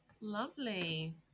lovely